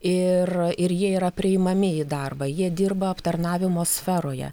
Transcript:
ir ir jie yra priimami į darbą jie dirba aptarnavimo sferoje